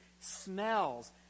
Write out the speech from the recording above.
smells